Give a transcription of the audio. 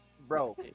bro